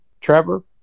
Trevor